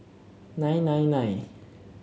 nine nine nine